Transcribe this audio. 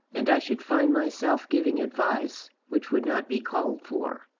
and i should find myself giving advice which would not be called for.